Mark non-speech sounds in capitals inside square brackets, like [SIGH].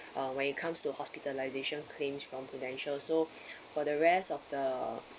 uh when it comes to hospitalisation claims from Prudential so [BREATH] for the rest of the